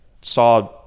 saw